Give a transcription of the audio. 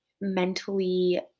mentally